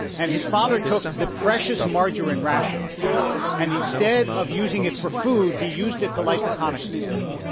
and his father took the precious margarine ration and instead of using it for food he used it to light the hanukkah candle.